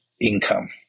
income